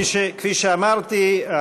כפי שאמרתי,